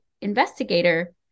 investigator